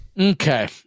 okay